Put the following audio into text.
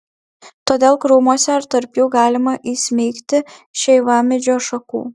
todėl krūmuose ar tarp jų galima įsmeigti šeivamedžio šakų